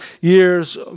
years